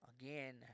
Again